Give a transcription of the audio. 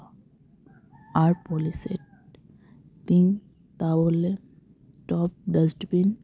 ᱟᱨ polished tin ᱛᱟᱣᱩᱞᱤᱭᱟ top ᱵᱟᱥᱴᱵᱤᱱ